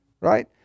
right